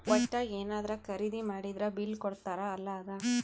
ವಟ್ಟ ಯೆನದ್ರ ಖರೀದಿ ಮಾಡಿದ್ರ ಬಿಲ್ ಕೋಡ್ತಾರ ಅಲ ಅದ